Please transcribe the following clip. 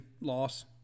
loss